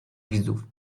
widzów